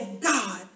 God